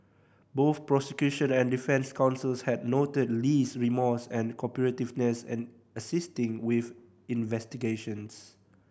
both prosecution and defence counsels had noted Lee's remorse and cooperativeness in assisting with investigations